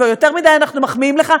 יותר מדי אנחנו מחמיאים לך.